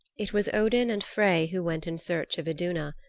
it was odin and frey who went in search of iduna.